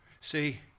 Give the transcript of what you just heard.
See